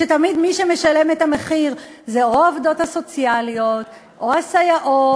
שתמיד מי שמשלם את המחיר זה או העובדות הסוציאליות או הסייעות